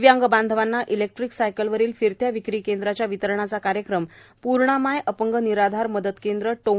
दिव्यांग बांधवाना इलेक्ट्रिक सायकलवरील फिरत्या विक्री केंद्राच्या वितरणाचा कार्यक्रम पूर्णामाय अपंग निराधार मदत केंद्र टोंगलाबाद ता